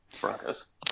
Broncos